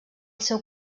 seu